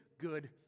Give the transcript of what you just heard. good